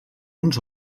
uns